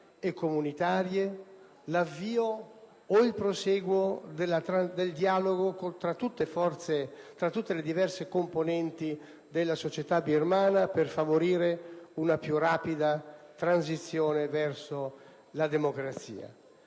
e comunitarie l'avvio o il prosieguo del dialogo tra tutte le diverse componenti della società birmana per favorire una più rapida transizione verso la democrazia.